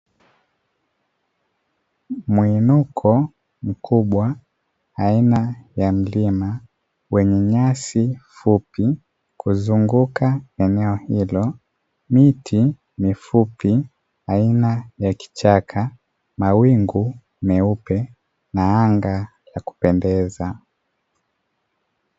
Muinuko mkubwa aina ya mlima, wenye nyasi fupi kuzunguka eneo hilo miti mifupi aina ya kichaka, mawingu meupe na anga ya kupendeza.